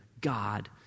God